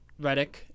Redick